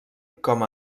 com